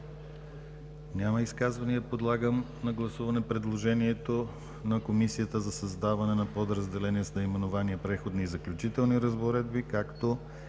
Няма. Подлагам на гласуване предложението на Комисията за създаване на подразделение с наименование „Преходни и заключителни разпоредби“, както